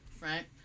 right